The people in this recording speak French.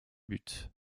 but